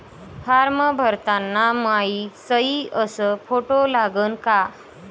Form भरताना मायी सयी अस फोटो लागन का?